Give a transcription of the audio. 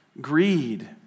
greed